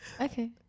okay